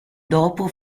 dopo